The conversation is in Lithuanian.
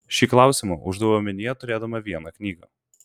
šį klausimą uždaviau omenyje turėdama vieną knygą